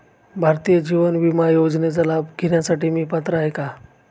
भारतीय जीवन विमा योजनेचा लाभ घेण्यासाठी मी पात्र आहे का?